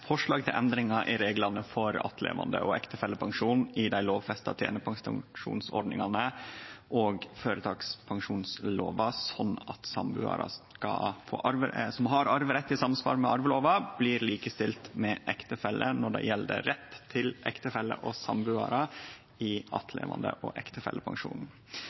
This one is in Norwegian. forslag til endringar i reglane for attlevande- og ektefellepensjon i dei lovfesta tenestepensjonsordningane og i føretakspensjonslova, sånn at sambuarar som har arverett i samsvar med arvelova, blir likestilte med ektefeller når det gjeld rettane til ektefeller og sambuarar i attlevande- og